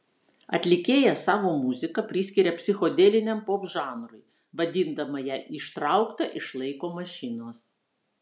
atlikėja savo muziką priskiria psichodeliniam popžanrui vadindama ją ištraukta iš laiko mašinos